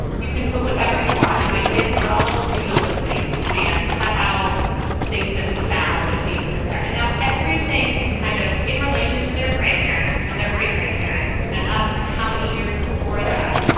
you can put whatever you want. and my kids draw little doodles of things and cut out things that we found and paste them in there. and now everything is kind of in relation to their grandparents and their great grandparents and us. and how many years before that?